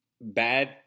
bad